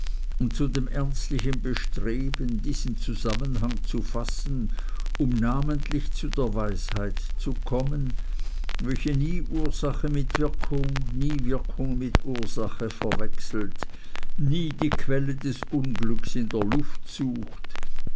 und zu dem ernstlichen bestreben diesen zusammenhang zu fassen um namentlich zu der weisheit zu kommen welche nie ursache mit wirkung nie wirkung mit ursache verwechselt nie die quelle des unglücks in der luft sucht